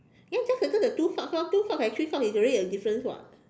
ya just circle the two socks lor two socks and three socks is already a difference [what]